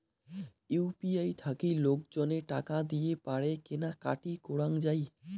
UPI থাকি লোকজনে টাকা দিয়ে পারে কেনা কাটি করাঙ যাই